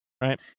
right